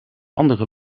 andere